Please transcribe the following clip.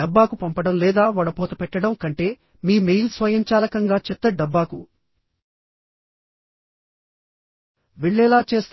డబ్బాకు పంపడం లేదా వడపోత పెట్టడం కంటే మీ మెయిల్ స్వయంచాలకంగా చెత్త డబ్బాకు వెళ్లేలా చేస్తుంది